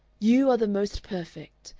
you are the most perfect,